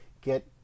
get